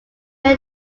many